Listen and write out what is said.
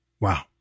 Wow